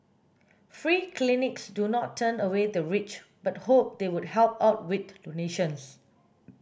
free clinics do not turn away the rich but hope they would help out with donations